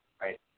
right